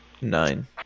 Nine